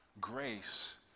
grace